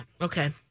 Okay